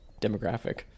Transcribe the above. demographic